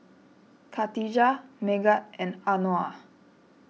Katijah Megat and Anuar